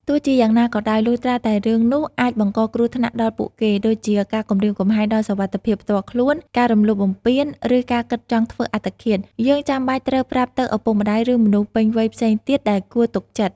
ទោះជាយ៉ាងណាក៏ដោយ លុះត្រាតែរឿងនោះអាចបង្កគ្រោះថ្នាក់ដល់ពួកគេ ដូចជាការគំរាមកំហែងដល់សុវត្ថិភាពផ្ទាល់ខ្លួន ការរំលោភបំពាន ឬការគិតចង់ធ្វើអត្តឃាត យើងចាំបាច់ត្រូវប្រាប់ទៅឪពុកម្តាយ ឬមនុស្សពេញវ័យផ្សេងទៀតដែលគួរទុកចិត្ត។